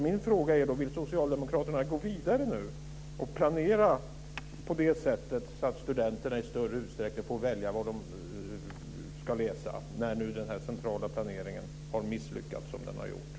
Min fråga är då: Vill Socialdemokraterna gå vidare nu och planera på det sättet att studenterna i större utsträckning får välja vad de ska läsa när nu den centrala planeringen har misslyckats som den har gjort?